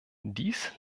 dies